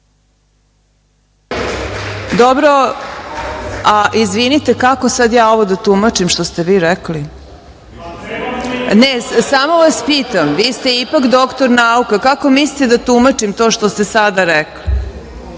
Dobro, a izvinite, kako sad ja ovo da tumačim što ste vi rekli? Samo vas pitam. Vi ste ipak doktor nauka, kako mislite da tumačim to što ste sada rekli?